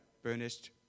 burnished